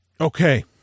Okay